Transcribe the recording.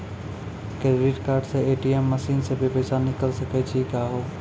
Credit card से ATM machine से भी पैसा निकल सकै छि का हो?